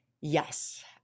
Yes